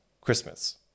Christmas